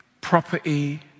property